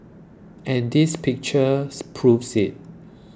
and this picture proves it